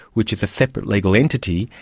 which is a separate legal entity,